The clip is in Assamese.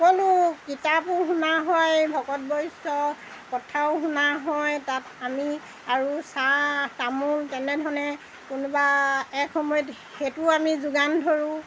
সকলো কিতাপো শুনা হয় ভগত বৈষ্ণৱৰ কথাও শুনা হয় তাত আমি আৰু চাহ তামোল তেনেধৰণে কোনোবা এক সময়ত সেইটোও আমি যোগান ধৰোঁ